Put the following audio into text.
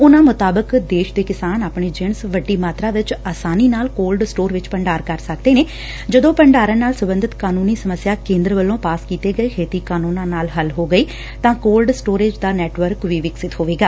ਉਨ੍ਨਾਂ ਮੁਤਾਬਕ ਦੇਸ਼ ਦੇ ਕਿਸਾਨ ਆਪਣੀ ਜਿਣਸ ਵੱਡੀ ਮਾਤਰਾ ਵਿੱਚ ਆਸਾਨੀ ਨਾਲ ਕੋਲਡ ਸਟੋਰ ਵਿੱਚ ਭੰਡਾਰ ਕਰ ਸਕਦੇ ਨੇ ਜਦੋਂ ਭੰਡਾਰਣ ਨਾਲ ਸਬੰਧਤ ਕਾਨੂੰਨੀ ਸਸੱਸਿਆ ਕੇਂਦਰ ਵੱਲੋਂ ਪਾਸ ਕੀਤੇ ਗਏ ਖੇਤੀ ਕਾਨੂੰਨਾਂ ਨਾਲ ਹੱਲ ਹੋ ਗਈ ਤਾਂ ਕੋਲਡ ਸਟੋਰੇਜ ਦਾ ਨੈੱਟਵਰਕ ਵੀ ਵਿਕਸਤ ਹੋਵੇਗਾ